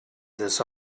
this